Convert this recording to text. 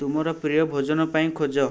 ତୁମର ପ୍ରିୟ ଭୋଜନ ପାଇଁ ଖୋଜ